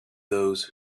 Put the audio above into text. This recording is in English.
those